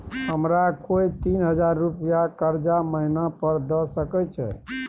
हमरा कोय तीन हजार रुपिया कर्जा महिना पर द सके छै?